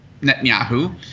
Netanyahu